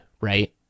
right